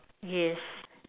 yes